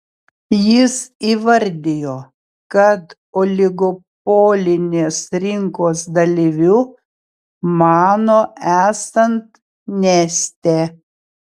jis įvardijo kad oligopolinės rinkos dalyviu mano esant neste